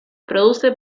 produce